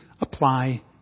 apply